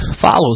follows